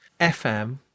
FM